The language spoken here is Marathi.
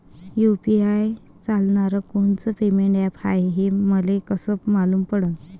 यू.पी.आय चालणारं कोनचं पेमेंट ॲप हाय, हे मले कस मालूम पडन?